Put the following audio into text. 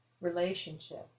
relationship